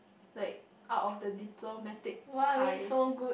like out of the diplomatic ties